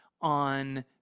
on